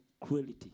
cruelty